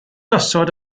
osod